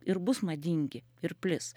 ir bus madingi ir plis